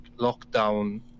lockdown